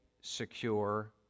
secure